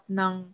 ng